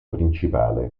principale